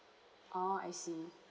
oh I see